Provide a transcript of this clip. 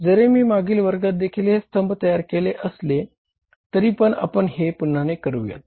जरी मी मागील वर्गात देखील हे स्तंभ तयार केले असले तरी पण हे आपण पुन्हा करूयात